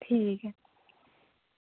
ठीक ऐ